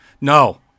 No